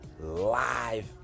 live